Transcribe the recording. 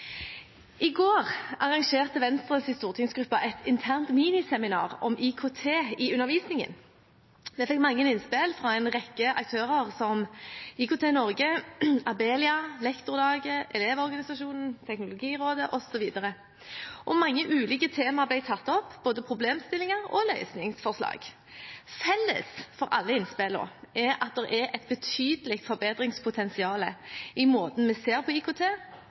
I går arrangerte Venstres stortingsgruppe et internt miniseminar om IKT i undervisningen. Vi fikk mange innspill fra en rekke aktører, som IKT-Norge, Abelia, Lektorlaget, Elevorganisasjonen, Teknologirådet, osv. Mange ulike tema ble tatt opp, både problemstillinger og løsningsforslag. Felles for alle innspillene er at det er et betydelig forbedringspotensial i måten vi ser på IKT på, bruker IKT og satser på IKT. For eksempel bruker mange fortsatt IKT